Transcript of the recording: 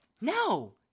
no